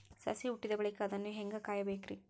ಸಸಿ ಹುಟ್ಟಿದ ಬಳಿಕ ಅದನ್ನು ಹೇಂಗ ಕಾಯಬೇಕಿರಿ?